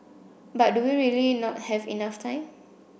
but do we really not have enough time